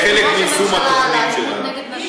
לחלק מיישום התוכנית שלו.